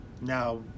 now